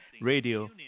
Radio